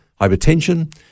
hypertension